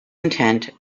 intent